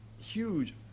huge